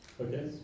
Okay